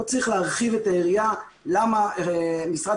לא צריך להרחיב את היריעה למה משרד